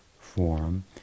form